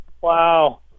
Wow